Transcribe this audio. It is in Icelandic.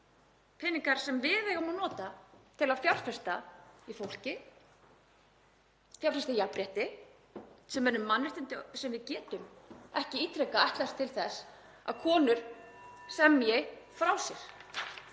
peningar sem við eigum að nota til að fjárfesta í fólki, fjárfesta í jafnrétti sem eru mannréttindi sem við getum ekki ítrekað ætlast til að konur semji frá sér.